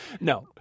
No